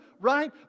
right